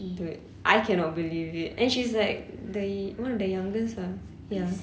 dude I cannot believe it and she's like the y~ one of the youngest ah ya